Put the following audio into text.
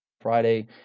Friday